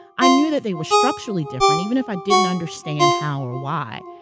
i knew that they were structurally different, even if i didn't understand how or why.